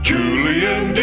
Julian